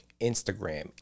Instagram